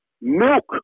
Milk